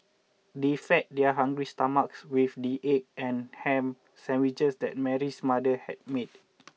they fed their hungry stomachs with the egg and ham sandwiches that Mary's mother had made